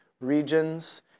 regions